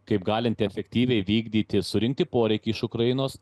kaip galinti efektyviai vykdyti surinkti poreikį iš ukrainos